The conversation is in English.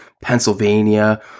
Pennsylvania